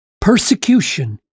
persecution